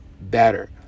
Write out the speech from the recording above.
better